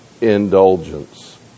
indulgence